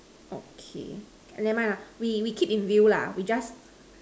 okay never mind lah we we keep in view lah we just